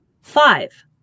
five